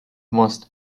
must